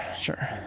sure